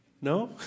No